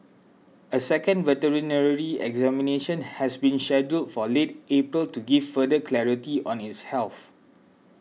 a second veterinary examination has been scheduled for late April to give further clarity on its health